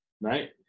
right